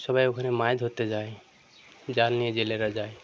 সবাই ওখানে মাছ ধরতে যায় জাল নিয়ে জেলেরা যায়